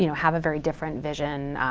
you know have a very different vision,